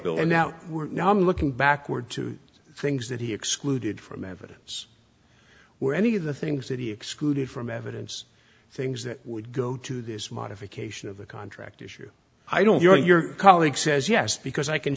ruled and now we're now i'm looking backward to things that he excluded from evidence where any of the things that he excluded from evidence things that would go to this modification of the contract issue i don't know your colleague says yes because i can